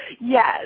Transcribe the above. Yes